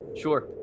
sure